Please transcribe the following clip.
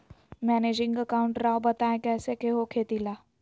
Managing account राव बताएं कैसे के हो खेती ला?